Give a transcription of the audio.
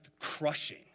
crushing